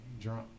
drunk